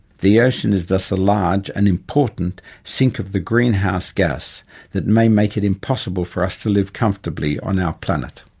the ocean is thus a large and important sink of the greenhouse gas that may make it impossible for us to live comfortably on our planet.